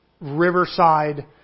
riverside